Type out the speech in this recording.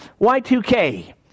Y2K